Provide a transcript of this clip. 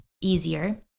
easier